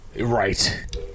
Right